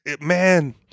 man